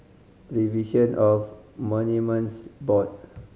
Preservation of Monuments Board